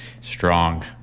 strong